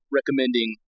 recommending